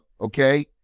Okay